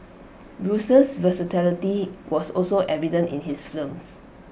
Bruce's versatility was also evident in his films